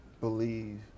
believe